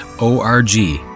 O-R-G